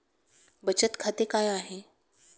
बचत खाते काय आहे?